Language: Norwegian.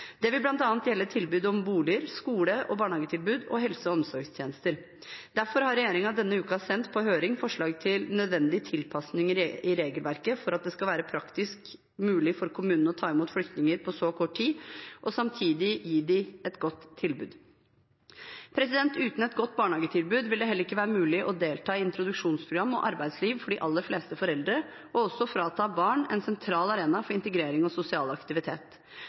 Det vil bl.a. gjelde tilbud om boliger, skole- og barnehagetilbud og helse- og omsorgstjenester. Derfor har regjeringen denne uken sendt på høring forslag til nødvendige tilpassinger i regelverket for at det skal være praktisk mulig for kommunene å ta imot mange flyktninger på så kort tid og samtidig kunne gi dem gode tilbud. Uten et godt barnehagetilbud vil det heller ikke være mulig å delta i introduksjonsprogram og arbeidsliv for de aller fleste foreldre. Det vil også frata barn en sentral arena for integrering og sosial aktivitet.